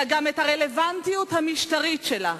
אלא גם את הרלוונטיות המשטרית שלה".